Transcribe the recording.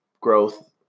growth